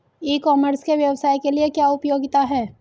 ई commerce के व्यवसाय के लिए क्या उपयोगिता है?